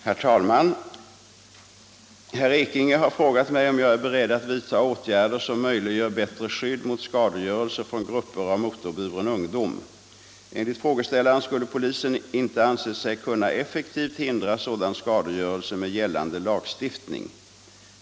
Herr talman! Herr Ekinge har frågat mig om jag är beredd att vidta åtgärder som möjliggör bättre skydd mot skadegörelse från grupper av motorburen ungdom. Enligt frågeställaren skulle polisen inte anse sig kunna effektivt hindra sådan skadegörelse med gällande lagstiftning.